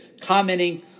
commenting